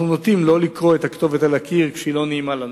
אנחנו נוטים שלא לקרוא את הכתובת על הקיר כשהיא לא נעימה לנו,